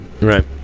Right